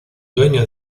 dueño